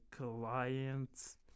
Alliance